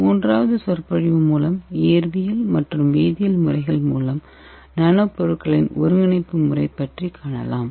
மூன்றாவது சொற்பொழிவு மூலம் இயற்பியல் மற்றும் வேதியியல் முறைகள் மூலம் நானோ பொருட்களின் ஒருங்கிணைப்பு முறை பற்றி காணலாம்